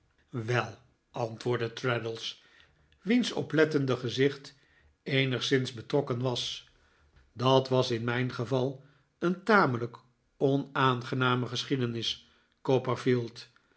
wel antwoordde traddles wiens oplettende gezicht eenigszins betrokken was dat was in mijn geval een tamelijk onaangename geschiedenis